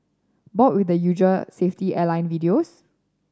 bored with the usual safety airline videos